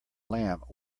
lamp